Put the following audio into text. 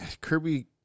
Kirby